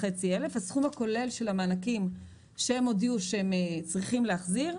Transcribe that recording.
עסקים שהם הודיעו שהם צריכים להחזיר,